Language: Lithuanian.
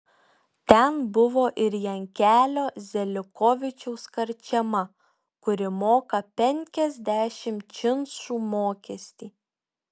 ten buvo ir jankelio zelikovičiaus karčema kuri moka penkiasdešimt činšų mokestį